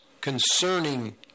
concerning